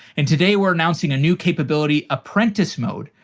and today, we're announcing a new capability, apprentice mode,